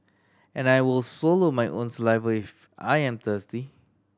and I will swallow my own saliva if I am thirsty